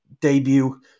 Debut